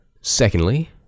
Secondly